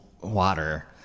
water